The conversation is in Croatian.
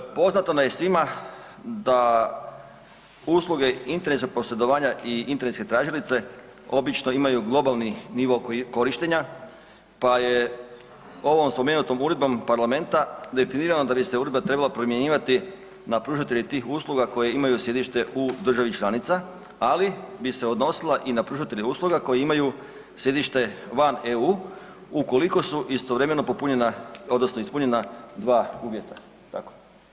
Poznato nam je svima da usluge internetskog posredovanja i internetske tražilice običeno imaju globalni nivo korištenja pa je ovom spomenutom uredbom parlamenta definirano da bi se uredba trebala primjenjivati na pružatelje tih usluga koje imaju sjedište u državi članica, ali bi se odnosila i na pružatelje usluga koji imaju sjedište van EU ukoliko su istovremeno ispunjena dva uvjeta, jel tako.